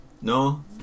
No